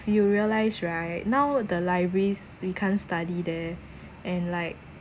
you realise right now the libraries we can't study there and like